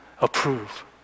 approve